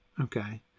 Okay